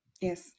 Yes